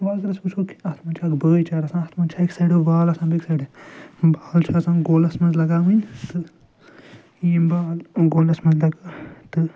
وَ اگر أسۍ وُچھو کہِ اتھ منٛز چھِ اکھ بٲے چار آسان اتھ منٛز چھُ اَکہِ سایڈٕ وال آسان بیٚکہِ سایڈٕ بال چھِ آسان گولس منٛز لگاوٕنۍ تہٕ ییٚمی بال گولس منٛز تہٕ